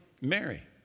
Mary